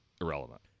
irrelevant